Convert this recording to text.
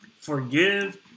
forgive